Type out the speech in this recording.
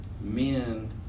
men